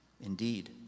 Indeed